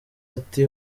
ati